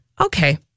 Okay